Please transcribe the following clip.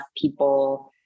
people